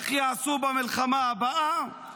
כך יעשו במלחמה הבאה